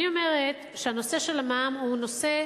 אני אומרת שהנושא של מע"מ הוא נושא